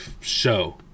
show